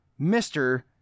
Mr